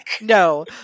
No